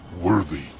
worthy